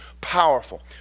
powerful